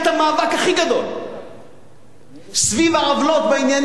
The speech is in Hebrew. הכי גדול סביב העוולות בעניינים האלה,